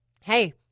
hey